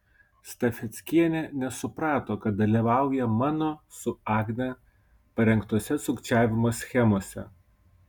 stafeckienė nesuprato kad dalyvauja mano su agne parengtose sukčiavimo schemose